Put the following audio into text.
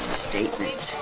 statement